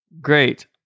Great